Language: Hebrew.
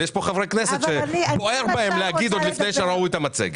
אבל יש פה חברי כנסת שבוער בהם לדבר עוד לפני שהם בכלל ראו את המצגת.